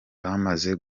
bamaze